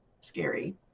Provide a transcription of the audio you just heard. scary